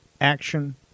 Action